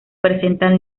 presentan